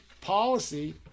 policy